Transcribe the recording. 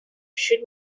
should